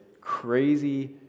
crazy